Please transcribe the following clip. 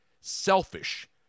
selfish